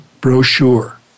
brochure